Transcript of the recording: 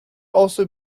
also